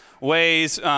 ways